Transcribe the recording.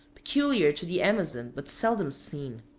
peculiar to the amazon, but seldom seen.